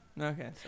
okay